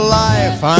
life